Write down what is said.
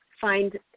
find